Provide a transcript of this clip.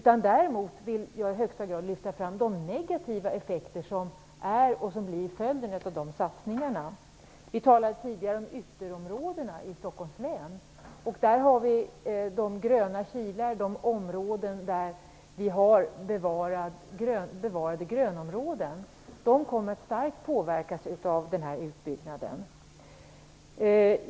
Jag vill i högsta grad i stället lyfta fram de negativa effekterna av de satsningarna. Vi talade tidigare om ytterområdena i Stockholms län, där det finns gröna kilar, dvs. bevarade grönområden. De kommer att starkt påverkas av den här utbyggnaden.